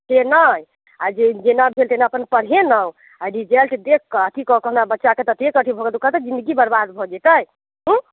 से नहि आ जेना भेल तेना अपन पढ़ेलहुँ रिजल्ट देखि कऽ अथी कऽ के तऽ हमरा बच्चाके ततेक अथी भऽ गेल ओकर तऽ जिन्दगी बर्बाद भऽ जेतै हूँ